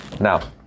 Now